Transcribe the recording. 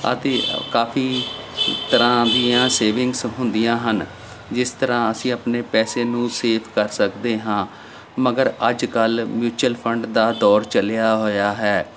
ਅਤੇ ਕਾਫੀ ਤਰ੍ਹਾਂ ਦੀਆਂ ਸੇਵਿੰਗਸ ਹੁੰਦੀਆਂ ਹਨ ਜਿਸ ਤਰ੍ਹਾਂ ਅਸੀਂ ਆਪਣੇ ਪੈਸੇ ਨੂੰ ਸੇਵ ਕਰ ਸਕਦੇ ਹਾਂ ਮਗਰ ਅੱਜ ਕੱਲ੍ਹ ਮਿਊਚਅਲ ਫੰਡ ਦਾ ਦੌਰ ਚਲਿਆ ਹੋਇਆ ਹੈ